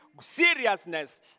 seriousness